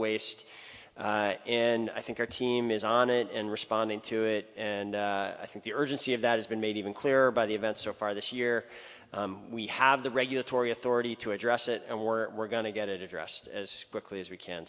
waste and i think our team is on it and responding to it and i think the urgency of that has been made even clearer by the events so far this year we have the regulatory authority to address it and we're we're going to get it addressed as quickly as we can